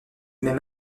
même